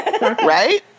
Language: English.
right